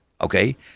Okay